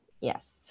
yes